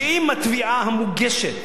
שאם התביעה המוגשת